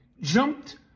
jumped